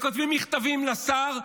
כותבים מכתבים לשר.